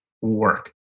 work